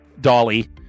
dolly